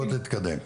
תתקדם.